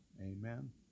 Amen